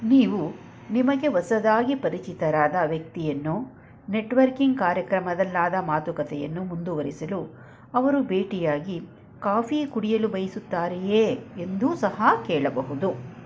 ನೀವು ನಿಮಗೆ ಹೊಸದಾಗಿ ಪರಿಚಿತರಾದ ವ್ಯಕ್ತಿಯನ್ನು ನೆಟ್ವರ್ಕಿಂಗ್ ಕಾರ್ಯಕ್ರಮದಲ್ಲಾದ ಮಾತುಕತೆಯನ್ನು ಮುಂದುವರಿಸಲು ಅವರು ಭೇಟಿಯಾಗಿ ಕಾಫಿ ಕುಡಿಯಲು ಬಯಸುತ್ತಾರೆಯೇ ಎಂದೂ ಸಹ ಕೇಳಬಹುದು